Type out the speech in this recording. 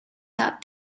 that